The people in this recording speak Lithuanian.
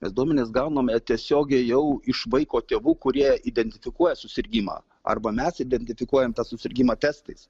mes duomenis gauname tiesiogiai jau iš vaiko tėvų kurie identifikuoja susirgimą arba mes identifikuojam tą susirgimą testais